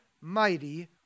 mighty